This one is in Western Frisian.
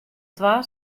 twa